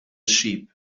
sheep